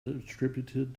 distributed